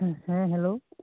ᱦᱮᱸ ᱦᱮᱞᱳ